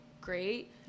great